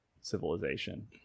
civilization